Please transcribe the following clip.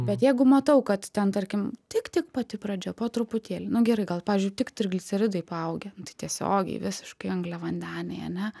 bet jeigu matau kad ten tarkim tik tik pati pradžia po truputėlį nu gerai gal pavyzdžiui tik trigliceridai paaugę tai tiesiogiai visiškai angliavandeniai ane